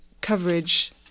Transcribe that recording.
coverage